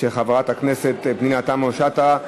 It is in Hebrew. של חברת הכנסת פנינה תמנו-שטה,